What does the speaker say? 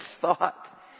thought